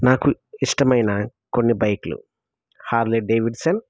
నాకు ఇష్టమైన కొన్ని బైకులు హార్లే డేవిడ్సన్